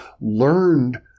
learned